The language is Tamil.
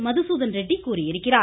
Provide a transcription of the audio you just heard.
மதுசூதன் ரெட்டி கூறியிருக்கிறார்